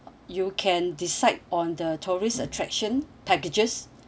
you can decide on the tourist attraction packages